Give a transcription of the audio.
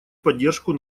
поддержку